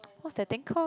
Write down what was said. what's that thing called